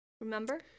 remember